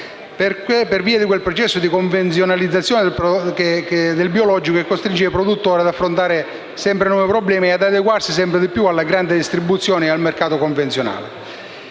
per via del processo di "convenzionalizzazione" del biologico che costringe i produttori ad affrontare nuovi problemi e ad adeguarsi sempre più alla grande distribuzione e al mercato convenzionale.